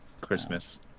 Christmas